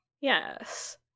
Yes